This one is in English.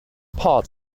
part